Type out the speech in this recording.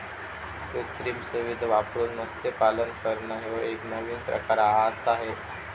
कृत्रिम सुविधां वापरून मत्स्यपालन करना ह्यो एक नवीन प्रकार आआसा हे